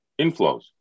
inflows